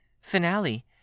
Finale